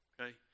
okay